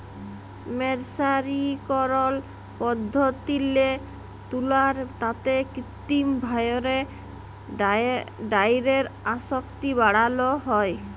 মের্সারিকরল পদ্ধতিল্লে তুলার তাঁতে কিত্তিম ভাঁয়রে ডাইয়ের আসক্তি বাড়ালো হ্যয়